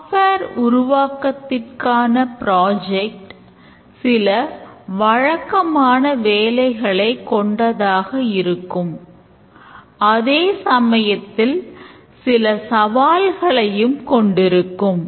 software சில வழக்கமான வேலைகளை கொண்டதாக இருக்கும் அதே சமயத்தில் சில சவால்களையும் கொண்டிருக்கும்